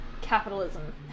capitalism